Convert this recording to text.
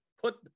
put